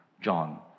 John